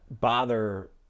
bother